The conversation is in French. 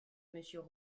monsieur